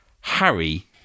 Harry